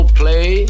play